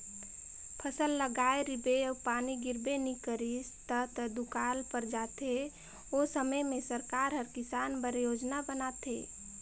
फसल लगाए रिबे अउ पानी गिरबे नी करिस ता त दुकाल पर जाथे ओ समे में सरकार हर किसान बर योजना बनाथे